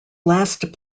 last